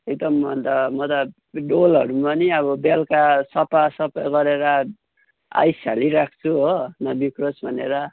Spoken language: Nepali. एकदम अन्त म त त्यो डोलहरूमा पनि अब बेलुका सफा सबै गरेर आइस हालिराख्छु हो नबिग्रियोस् भनेर